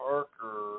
Parker